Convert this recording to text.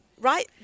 Right